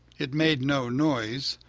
it made no noise,